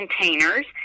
containers